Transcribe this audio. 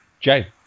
Jay